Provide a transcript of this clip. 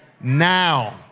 now